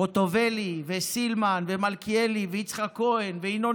חוטובלי וסילמן ומלכיאלי ויצחק כהן וינון